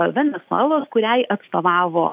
venesuelos kuriai atstovavo